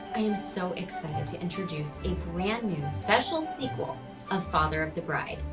i am so excited to introduce a brand new, special sequel of father of the bride,